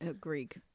Greek